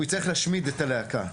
הוא יצטרך להשמיד את הלהקה.